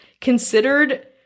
considered